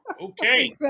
okay